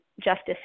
justice